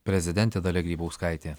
prezidentė dalia grybauskaitė